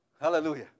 Hallelujah